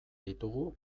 ditugu